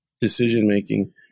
decision-making